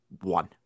one